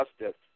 Justice